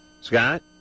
Scott